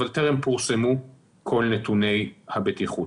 אבל טרם פורסמו כל נתוני הבטיחות.